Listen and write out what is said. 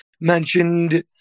mentioned